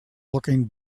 looking